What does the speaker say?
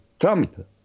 Trump